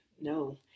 no